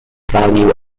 value